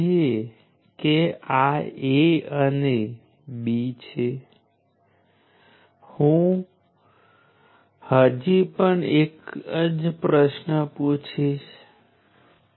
હવે તેનાથી વિપરિત જો તે બીજા અને ચોથા ક્વોડ્રન્ટમાં હોય તો તે પાવર પહોંચાડે છે